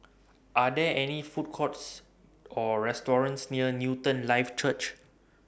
Are There Food Courts Or restaurants near Newton Life Church